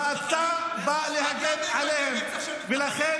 ואתה בא להגן עליהם -- איזה שטחים כבושים?